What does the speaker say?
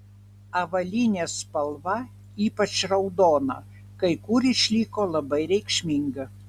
avalynės spalva ypač raudona kai kur išliko labai reikšminga